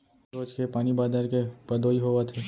रोज के पानी बादर के पदोई होवत हे